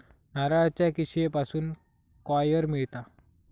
नारळाच्या किशीयेपासून कॉयर मिळता